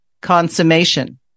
Consummation